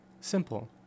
simple